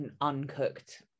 uncooked